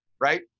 right